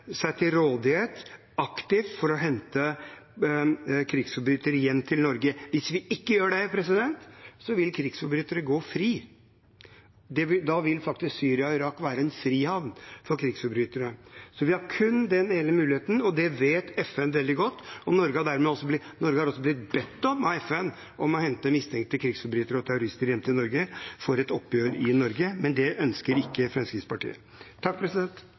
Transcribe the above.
rådighet aktivt for å hente krigsforbrytere hjem til Norge. Hvis vi ikke gjør det, vil krigsforbrytere gå fri. Da vil faktisk Syria og Irak være en frihavn for krigsforbrytere. Vi har kun den ene muligheten. Det vet FN veldig godt, og Norge har derfor også av FN blitt bedt om å hente mistenkte krigsforbrytere og terrorister hjem til Norge for et oppgjør i Norge – men det ønsker ikke Fremskrittspartiet.